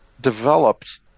developed